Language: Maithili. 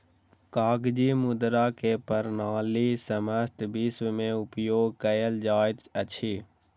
कागजी मुद्रा के प्रणाली समस्त विश्व में उपयोग कयल जाइत अछि